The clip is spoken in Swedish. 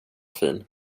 fin